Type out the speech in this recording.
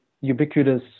ubiquitous